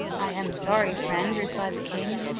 i am sorry, friend replied the king,